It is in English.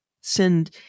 send